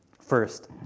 First